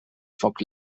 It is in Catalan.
foc